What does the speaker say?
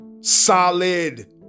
Solid